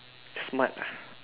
smart